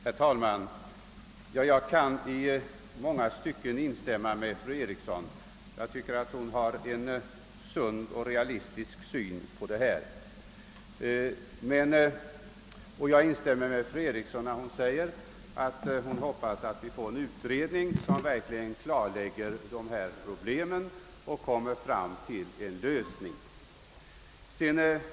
Herr talman! Jag kan i många stycken instämma med fru Eriksson i Stockholm. Jag tycker att hon har en sund och realistisk syn på frågan. Jag instämmer också med henne när hon säger sig hoppas att vi skall få en utredning som verkligen klarlägger dessa problem och komma fram till en lösning så snart som möjligt.